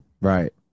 Right